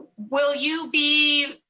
will you be